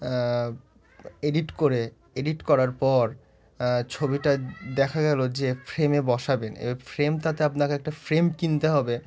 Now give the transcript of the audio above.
edit করে edit করার পর ছবিটা দেখা গেল যে ফ্রেমে বসাবেন এ ফ্রেম তাতে আপনাকে একটা ফ্রেম কিনতে হবে